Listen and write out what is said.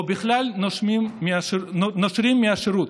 או בכלל נושרים מהשירות.